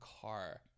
car